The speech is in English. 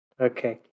okay